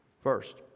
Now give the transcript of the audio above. First